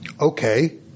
Okay